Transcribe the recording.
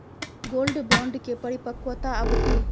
Gold bond के परिपक्वता अवधि?